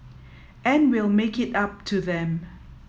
and we'll make it up to them